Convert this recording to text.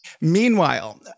Meanwhile